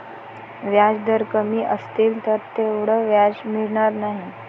व्याजदर कमी असतील तर तेवढं व्याज मिळणार नाही